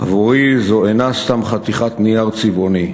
עבורי זו אינה סתם חתיכת נייר צבעוני.